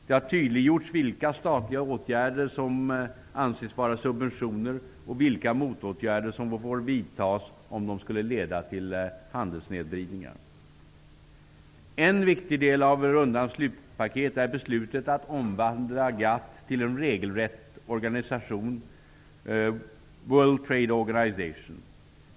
Det har tydliggjorts vilka statliga åtgärder som anses vara subventioner och vilka motåtgärder som får vidtas om de skulle leda till handelssnedvridningar. En viktig del av rundans slutpaket är beslutet att omvandla GATT till en regelrätt organisation, World Trade Organization.